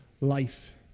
life